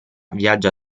viaggia